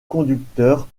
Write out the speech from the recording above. conducteur